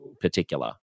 particular